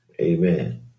Amen